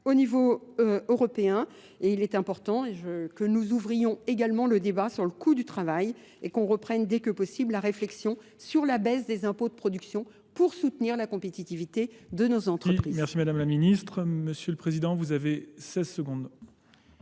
au niveau européen et il est important que nous ouvrions également le débat sur le coût du travail et qu'on reprenne dès que possible la réflexion sur la baisse des impôts de production pour soutenir la compétitivité de de nos entreprises. Oui, merci Madame la Ministre. Moi je vous posais une